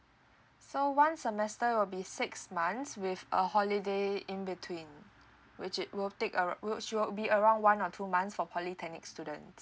so one semester will be six months with a holiday in between which it will take ar~ which will be around one or two months for polytechnic students